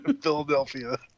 Philadelphia